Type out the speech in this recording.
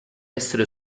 essere